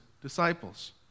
disciples